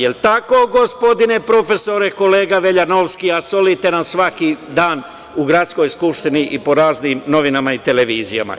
Da li je tako, gospodine profesore, kolega Veljanovski, a solite nam svaki dan u Gradskoj skupštini i po raznim novinama i televizijama?